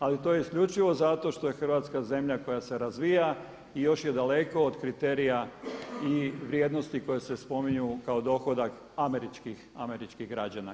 Ali to je isključivo zato što je Hrvatska zemlja koja se razvija i još je daleko od kriterija i vrijednosti koje se spominju kao dohodak američkih građana.